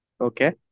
Okay